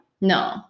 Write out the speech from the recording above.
No